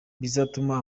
bizatuma